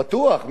בטוח.